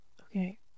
Okay